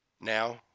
Now